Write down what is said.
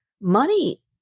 money